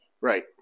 Right